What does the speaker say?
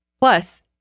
plus